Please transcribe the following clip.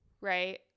right